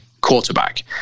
quarterback